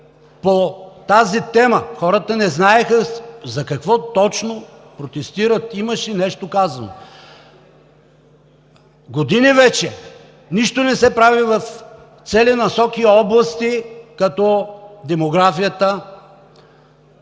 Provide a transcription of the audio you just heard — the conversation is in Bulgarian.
по тази тема. Хората не знаеха за какво точно протестират, имаше нещо казано. Години вече нищо не се прави в цели насоки и области като демографията,